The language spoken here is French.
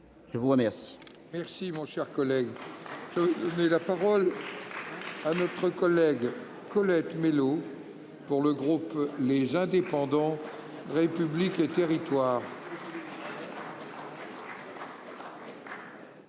Je vous remercie